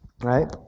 right